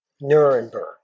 Nuremberg